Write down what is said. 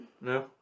no